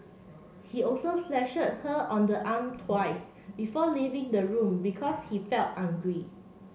he also slashed her on the arm twice before leaving the room because he felt angry